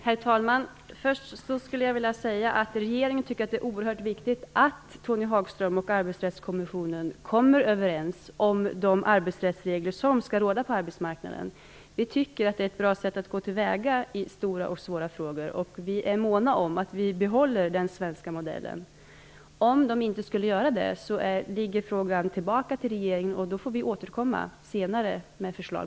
Herr talman! Regeringen tycker att det är oerhört viktigt att Tony Hagström och Arbetsrättskommissionen kommer överens om de arbetsrättsregler som skall råda på arbetsmarknaden. Vi tycker att det är ett bra sätt att gå till väga i stora och svåra frågor och är måna om att den svenska modellen behålls. Om så inte skulle ske kommer frågan tillbaka till regeringen. I så fall får vi återkomma senare med förslag.